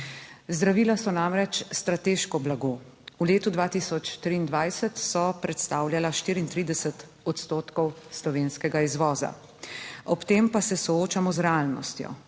Zdravila so namreč strateško blago, v letu 2023 so predstavljala 34 odstotkov slovenskega izvoza. Ob tem pa se soočamo z realnostjo.